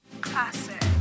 classic